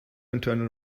internal